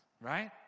right